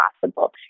possible